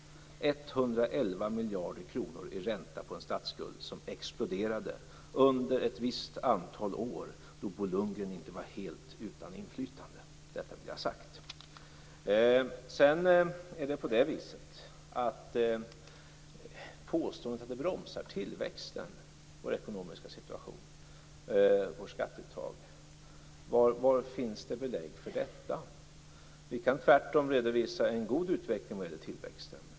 111 miljarder kronor i ränta på en statsskuld som exploderade under ett visst antal år då Bo Lundgren inte var helt utan inflytande. Detta vill jag ha sagt. Var finns det belägg för påståendet att vårt skatteuttag bromsar tillväxten i ekonomin? Vi kan tvärtom redovisa en god utveckling vad gäller tillväxten.